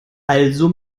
also